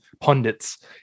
pundits